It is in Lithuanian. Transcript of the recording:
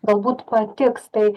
galbūt patiks tai